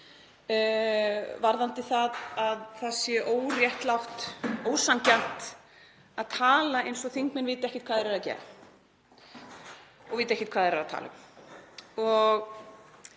varðandi það að það sé óréttlátt, ósanngjarnt, að tala eins og þingmenn viti ekkert hvað þeir eru að gera og viti ekkert hvað þeir eru að tala